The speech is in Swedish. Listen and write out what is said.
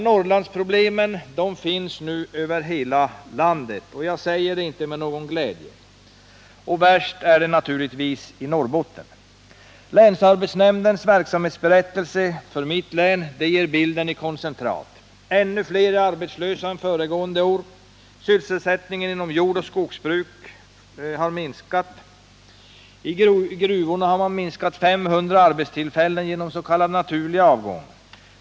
Norrlandsproblemen finns nu över hela landet. Jag säger det inte med någon glädje. Värst är det naturligtvis i Norrbotten. Länsarbetsnämndens verksamhetsberättelse för mitt län ger bilden i koncentrat. Ännu fler är arbetslösa än föregående år. Sysselsättningen inom jordoch skogsbruk har minskat. I gruvorna har man mist 500 arbetstillfällen genom s.k. naturlig avgång.